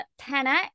10x